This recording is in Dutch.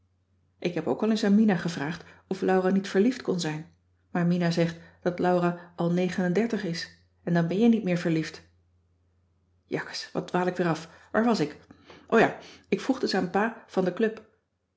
ik heb ook al eens aan mina gevraagd of laura niet verliefd kon zijn maar mina zegt dat laura al negen en dertig is en dan ben je niet meer verliefd jakkes wat dwaal ik weer af waar was ik o ja ik vroeg dus aan pa van de club